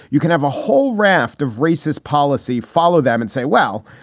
you can have a whole raft of racist policy, follow them and say, well,